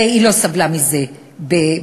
והיא לא סבלה מזה באתיופיה,